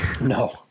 No